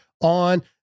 on